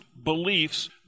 beliefs